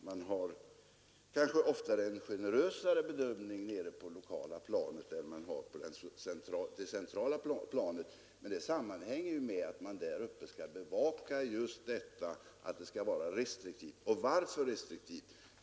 Man gör kanske ofta en generösare bedömning nere på det lokala planet än på det centrala planet, men det sammanhänger ju med att man på det centrala planet skall bevaka just att bedömningen görs restriktivt. Varför skall då bedömningen göras restriktivt?